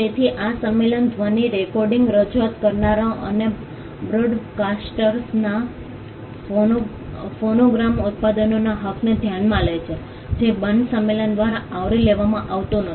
તેથી આ સંમેલન ધ્વનિ રેકોર્ડિંગ રજૂઆત કરનારાઓ અને બ્રોડકાસ્ટર્સના ફોનોગ્રામ ઉત્પાદકોના હકને ધ્યાનમાં લે છે જે બર્ન સંમેલન દ્વારા આવરી લેવામાં આવતું નથી